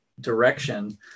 direction